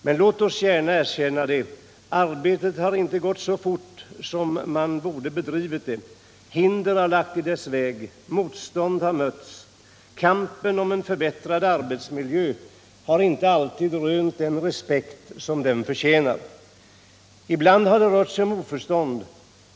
Men låt oss gärna erkänna det: Arbetet har inte bedrivits så fort som 63 man borde. Hinder har lagts i dess väg. Motstånd har mött. Kampen om en förbättrad arbetsmiljö har inte alltid rönt den respekt som den förtjänar. Ibland har det rört sig om oförstånd.